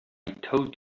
told